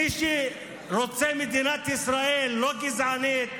מי שרוצה מדינת ישראל לא גזענית,